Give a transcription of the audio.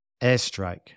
Airstrike